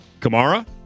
Kamara